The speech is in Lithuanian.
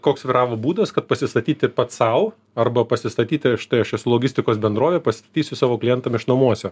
koks vyravo būdas kad pasistatyti pats sau arba pasistatyti štai aš esu logistikos bendrovė pastatysiu savo klientam išnuomosiu